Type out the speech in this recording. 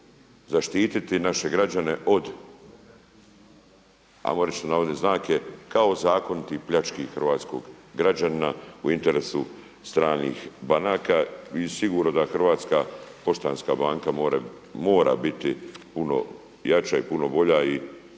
zaštiti naše građane od ajmo reći navodne znake „kao zakoniti pljački“ hrvatskog građanina u interesu stranih banaka i sigurno da HPB mora biti puno jača i puno bolja i